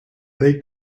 they